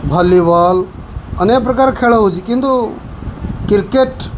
volleyball ଅନେକ ପ୍ରକାର ଖେଳ ହେଉଛି କିନ୍ତୁ କ୍ରିକେଟ୍